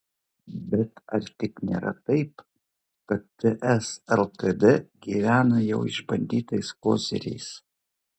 bet ar tik nėra taip kad ts lkd gyvena jau išbandytais koziriais